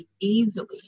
easily